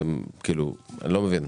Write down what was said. אני לא מבין.